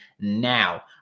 now